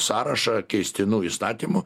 sąrašą keistinų įstatymų